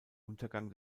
untergang